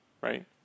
right